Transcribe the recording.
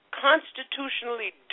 constitutionally